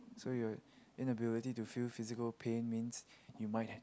so your inability to feel physical pain means you might have